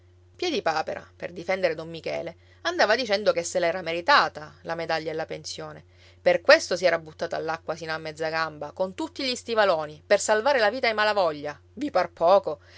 popolo piedipapera per difendere don michele andava dicendo che se l'era meritata la medaglia e la pensione per questo si era buttato all'acqua sino a mezza gamba con tutti gli stivaloni per salvare la vita ai malavoglia vi par poco